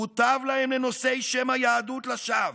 מוטב להם, לנושאי שם היהדות לשווא,